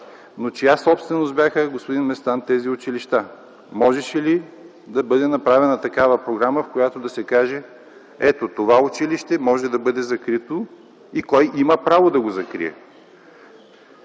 чия собственост бяха тези училища? Можеше ли да бъде направена такава програма, в която да се каже: ето това училище може да бъде закрито и кой има право да го закрие?